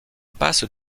passe